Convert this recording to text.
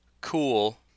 cool